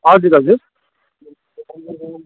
हजुर हजुर